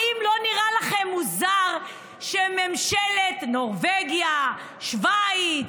האם לא נראה לכם מוזר שממשלות נורבגיה, שווייץ,